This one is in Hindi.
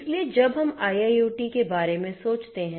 इसलिए जब हम IIoT के बारे में सोचते हैं